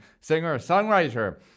singer-songwriter